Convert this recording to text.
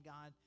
God